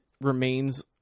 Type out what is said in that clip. remains